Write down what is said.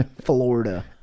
Florida